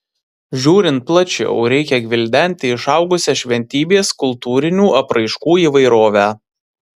žiūrint plačiau reikia gvildenti išaugusią šventybės kultūrinių apraiškų įvairovę